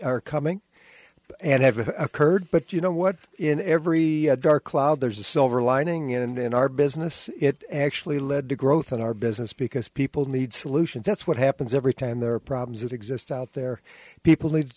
are coming and have a occurred but you know what in every dark cloud there's a silver lining in and in our business it actually lead to growth in our business because people need solutions that's what happens every time there are problems that exist out there people need to